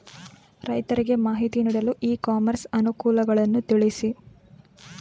ರೈತರಿಗೆ ಮಾಹಿತಿ ನೀಡಲು ಇ ಕಾಮರ್ಸ್ ಅನುಕೂಲಗಳನ್ನು ತಿಳಿಸಿ?